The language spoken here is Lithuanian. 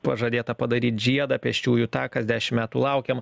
pažadėta padaryt žiedą pėsčiųjų takas dešimt metų laukiam